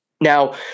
Now